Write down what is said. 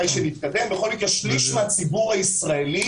שליש מהציבור הישראלי